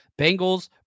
Bengals